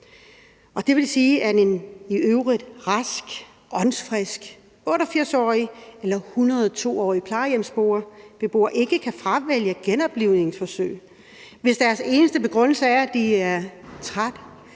Det vil sige, at en i øvrigt rask, åndsfrisk 88-årig eller 102-årig plejehjemsbeboer ikke kan fravælge genoplivningsforsøg, hvis deres eneste begrundelse er, at de er trætte